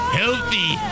healthy